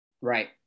Right